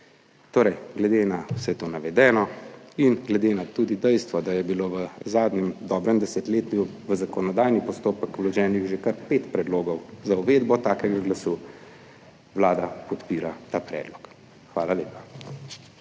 Torej, glede na vse to navedeno in glede na tudi dejstvo, da je bilo v zadnjem dobrem desetletju v zakonodajni postopek vloženih že kar pet predlogov za uvedbo takega glasu, Vlada podpira ta predlog. Hvala lepa.